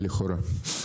היא יכולה.